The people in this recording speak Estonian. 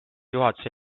juhatuse